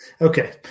Okay